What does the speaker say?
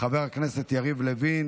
חבר הכנסת יריב לוין